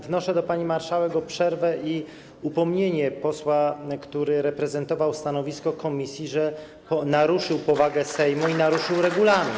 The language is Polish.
Wnoszę do pani marszałek o przerwę i o upomnienie posła, który prezentował stanowisko komisji, że naruszył powagę Sejmu i regulamin.